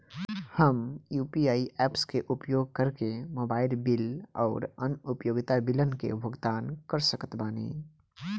हम UPI apps के उपयोग करके मोबाइल बिल आउर अन्य उपयोगिता बिलन के भुगतान कर सकत बानी